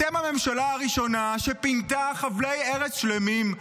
אתם הממשלה הראשונה שפינתה חבלי ארץ שלמים.